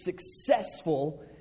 successful